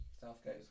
Southgate